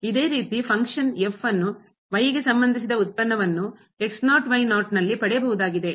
ಇದೇ ರೀತಿ ಫಂಕ್ಷನ್ ಕಾರ್ಯ ಅನ್ನು ಗೆ ಸಂಬಂಧಿಸಿದ ಉತ್ಪನ್ನ ವನ್ನು ನಲ್ಲಿ ಪಡೆಯಬಹುದಾಗಿದೆ